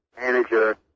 manager